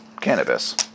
Cannabis